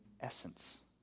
essence